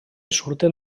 surten